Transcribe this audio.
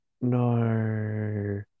No